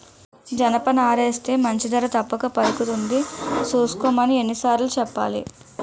జనపనారేస్తే మంచి ధర తప్పక పలుకుతుంది సూసుకోమని ఎన్ని సార్లు సెప్పాలి?